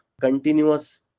continuous